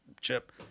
chip